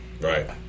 Right